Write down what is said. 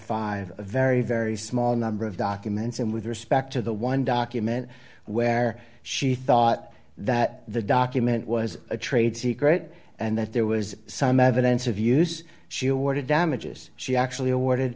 five a very very small number of documents and with respect to the one document where she thought that the document was a trade secret and that there was some evidence of use she awarded damages she actually awarded